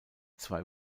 zwei